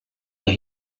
that